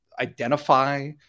identify